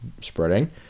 spreading